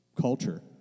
culture